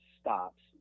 stops